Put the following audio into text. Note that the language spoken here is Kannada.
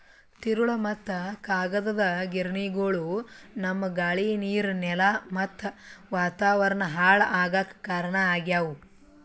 ತಿರುಳ್ ಮತ್ತ್ ಕಾಗದದ್ ಗಿರಣಿಗೊಳು ನಮ್ಮ್ ಗಾಳಿ ನೀರ್ ನೆಲಾ ಮತ್ತ್ ವಾತಾವರಣ್ ಹಾಳ್ ಆಗಾಕ್ ಕಾರಣ್ ಆಗ್ಯವು